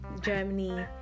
Germany